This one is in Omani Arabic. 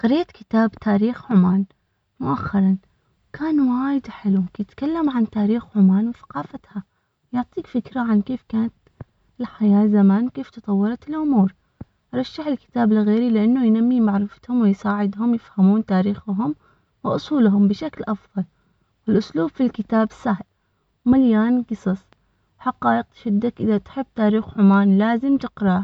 قريت كتاب تاريخ عمان مؤخرا كان وايد حلو ممكن يتكلم عن تاريخ عمان وثقافتها، يعطيك فكرة عن كيف كانت الحياة زمان، كيف تطورت الأمور، رشح الكتاب لغيري لأنو ينمي معرفتهم ويساعدهم يفهمون تاريخهم وأصولهم بشكل أفضل. الأسلوب في الكتاب سهل مره.